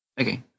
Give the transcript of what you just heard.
Okay